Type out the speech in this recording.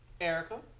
Erica